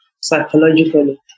psychologically